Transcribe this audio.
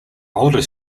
older